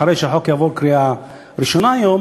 אחרי שהחוק יעבור קריאה ראשונה היום.